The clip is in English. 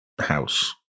house